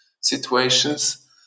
situations